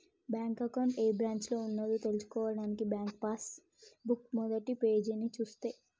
bank account ఏ బ్రాంచిలో ఉన్నదో తెల్సుకోవడానికి బ్యాంకు పాస్ బుక్ మొదటిపేజీని చూస్తే